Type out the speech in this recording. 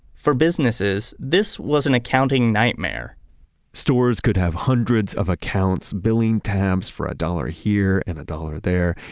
for businesses, this was an accounting nightmare stores could have hundreds of accounts, billing tabs for a dollar here and a dollar there,